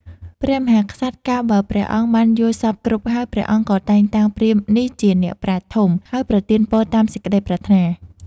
ព្រះមហាក្សត្រ កាលបើព្រះអង្គបានយល់សព្វគ្រប់ហើយ ព្រះអង្គក៏តែងតាំងព្រាហ្មណ៍នេះជាអ្នកប្រាជ្ញធំ ហើយប្រទានពរតាមសេចក្តីប្រាថ្នា ។